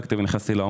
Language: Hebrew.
שהזכיר יואב קודם,